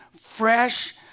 fresh